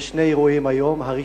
קח את חברון ותביא את, בשמחה.